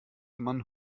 man